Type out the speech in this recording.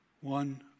one